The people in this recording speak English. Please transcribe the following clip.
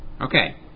Okay